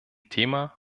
thema